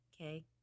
Okay